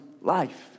life